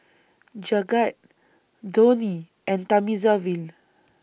Jagat Dhoni and Thamizhavel